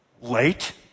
late